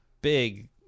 big